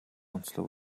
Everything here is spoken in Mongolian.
онцлог